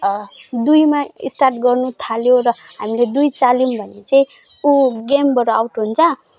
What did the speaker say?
दुईमा स्टार्ट गर्नु थाल्यो र हामीले दुई चाल्यौँ भने चाहिँ ऊ गेमबाट आउट हुन्छ